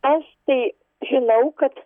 aš tai žinau kad